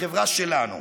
לחברה שלנו,